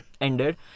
ended